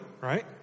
right